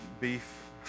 beef